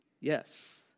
yes